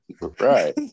right